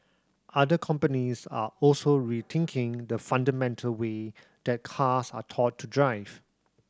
other companies are also rethinking the fundamental way that cars are taught to drive